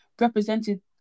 represented